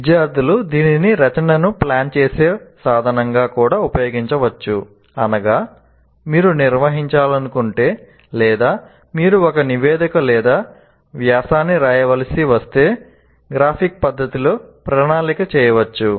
విద్యార్థులు దీనిని రచనను ప్లాన్ చేసే సాధనంగా కూడా ఉపయోగించవచ్చు అనగా మీరు నిర్వహించాలనుకుంటే లేదా మీరు ఒక నివేదిక లేదా వ్యాసాన్ని రాయవలసి వస్తే గ్రాఫిక్ పద్ధతిలో ప్రణాళిక చేయవచ్చు